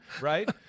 right